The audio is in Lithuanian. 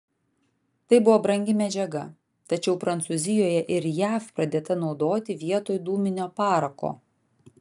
tai buvo brangi medžiaga tačiau prancūzijoje ir jav pradėta naudoti vietoj dūminio parako